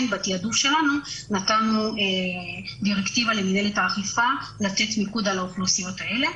בתעדוף שלנו נתנו דירקטיבה למנהלת האכיפה לתת מיקוד על האוכלוסיות האלה.